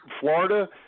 Florida